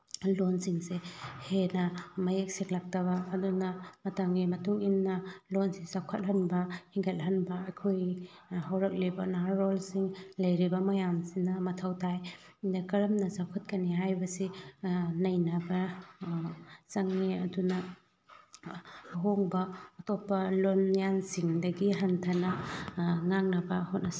ꯂꯣꯜꯁꯤꯡꯁꯦ ꯍꯦꯟꯅ ꯃꯌꯦꯛ ꯁꯦꯡꯂꯛꯇꯅ ꯑꯗꯨꯅ ꯃꯇꯝꯒꯤ ꯃꯇꯨꯡꯏꯟꯅ ꯂꯣꯜꯁꯦ ꯆꯥꯎꯈꯠꯍꯟꯕ ꯍꯦꯟꯒꯠꯍꯟꯕ ꯑꯩꯈꯣꯏ ꯍꯧꯔꯛꯂꯤꯕ ꯅꯍꯥꯔꯣꯜꯁꯤꯡ ꯂꯩꯔꯤꯕ ꯃꯌꯥꯝꯁꯤꯅ ꯃꯊꯧ ꯇꯥꯏ ꯑꯗ ꯀꯔꯝꯅ ꯆꯥꯎꯈꯠꯀꯅꯤ ꯍꯥꯏꯕꯁꯤ ꯅꯩꯅꯕ ꯆꯪꯉꯤ ꯑꯗꯨꯅ ꯑꯍꯣꯡꯕ ꯑꯇꯣꯞꯄ ꯂꯣꯜꯌꯥꯟꯁꯤꯡꯗꯒꯤ ꯍꯟꯊꯅ ꯉꯥꯡꯅꯕ ꯍꯣꯠꯅꯁꯤ